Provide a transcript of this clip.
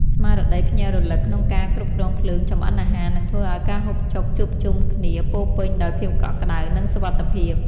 ស្មារតីភ្ញាក់រលឹកក្នុងការគ្រប់គ្រងភ្លើងចម្អិនអាហារនឹងធ្វើឱ្យការហូបចុកជួបជុំគ្នាពោរពេញដោយភាពកក់ក្តៅ និងសុវត្ថិភាព។